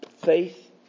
Faith